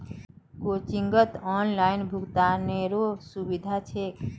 कोचिंगत ऑनलाइन भुक्तानेरो सुविधा छेक